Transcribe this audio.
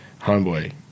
homeboy